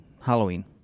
Halloween